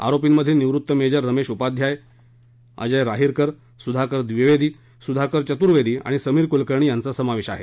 आरोपींमध्ये निवृत्त मेजर रमेश उपाध्यायशिवाय अजय राहीरकर सुधाकर द्विवेदी सुधाकर चतुर्वेदी आणि समीर कुलकर्णी यांचा समावेश आहे